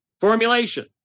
formulation